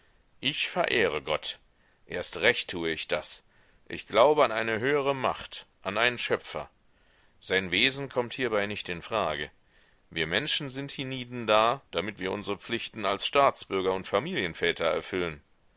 ich verehre gott erst recht tue ich das ich glaube an eine höhere macht an einen schöpfer sein wesen kommt hierbei nicht in frage wir menschen sind hienieden da damit wir unsre pflichten als staatsbürger und familienväter erfüllen